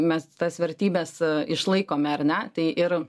mes tas vertybes išlaikome ar ne tai ir